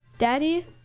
Daddy